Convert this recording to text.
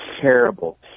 terrible